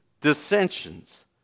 dissensions